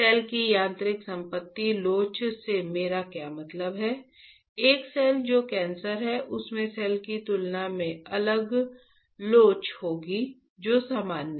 cell की यांत्रिक संपत्ति लोच से मेरा क्या मतलब है एक सेल जो कैंसर है उसमें सेल की तुलना में अलग लोच होगी जो सामान्य है